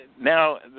now